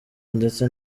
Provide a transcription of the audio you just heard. ndetse